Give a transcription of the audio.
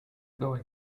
going